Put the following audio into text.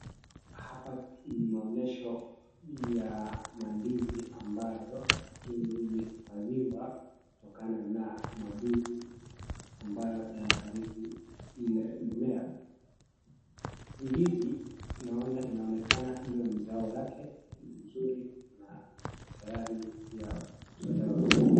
Hapa ni maonyesho ya mandizi ambayo imehifadhiwa kutokana na wadudu ambayo yanaharibu ile mimea. Ndizi naona inaonekana ile mzao yake ni mzuri na tayari ya kutolewa.